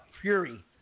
Fury